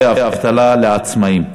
אני מבקש שתחכי עד שיעלה סגן השר.